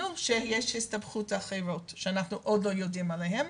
שיש גם הסתבכויות אחרות שאנחנו עדיין לא יודעים עליהן.